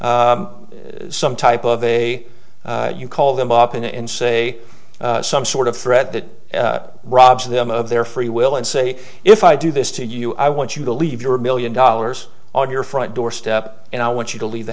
some type of a you call them up in a in say some sort of threat that robs them of their free will and say if i do this to you i want you to leave your million dollars on your front doorstep and i want you to leave the